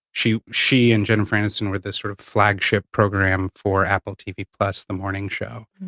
she she and jennifer aniston were the sort of flagship program for apple tv plus, the morning show.